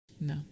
No